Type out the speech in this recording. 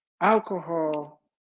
alcohol